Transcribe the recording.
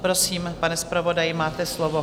Prosím, pane zpravodaji, máte slovo.